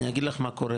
אני אגיד לך מה קורה,